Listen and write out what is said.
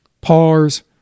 pars